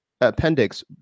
appendix